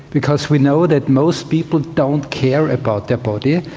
because we know that most people don't care about their body,